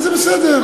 וזה בסדר.